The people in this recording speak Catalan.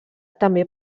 també